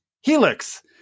Helix